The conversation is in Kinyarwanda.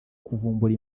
kuvumbura